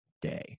day